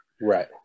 Right